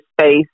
space